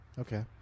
Okay